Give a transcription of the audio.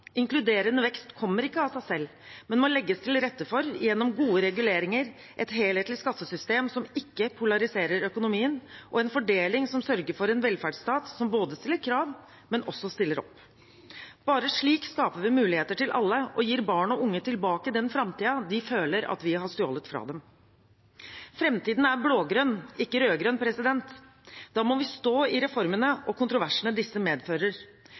Inkluderende vekst kommer ikke av seg selv, men må legges til rette for gjennom gode reguleringer, et helhetlig skattesystem som ikke polariserer økonomien, og en fordeling som sørger for en velferdsstat som både stiller krav og også stiller opp. Bare slik skaper vi muligheter for alle og gir barn og unge tilbake den framtiden de føler vi har stjålet fra dem. Framtiden er blå-grønn, ikke rød-grønn. Da må vi stå i reformene og kontroversene disse medfører.